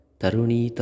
Taruni